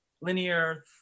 linear